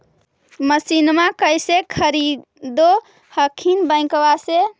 मसिनमा कैसे खरीदे हखिन बैंकबा से?